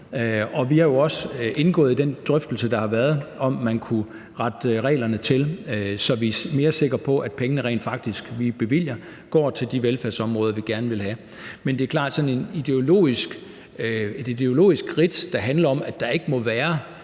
Og vi er jo også gået ind i den drøftelse, der har været, om, at man kunne rette reglerne til, så vi er mere sikre på, at pengene, vi bevilger, rent faktisk går til de velfærdsområder, vi gerne vil have. Men det er klart, at sådan et ideologisk syn, der handler om, at der ikke må være